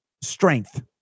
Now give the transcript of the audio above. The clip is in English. strength